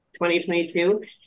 2022